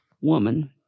woman